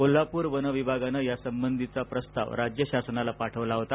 कोल्हापूर वन विभागान यासंबंधीच प्रस्ताव राज्य शासनाला पाठवला होता